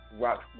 rock